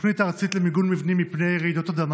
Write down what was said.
התוכנית הארצית למיגון מבנים מפני רעידות אדמה.